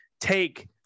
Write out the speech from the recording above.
Take